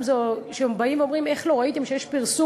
אם זה כשבאים ואומרים: איך לא ראיתם שיש פרסום